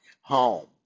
home